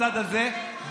בצד הזה,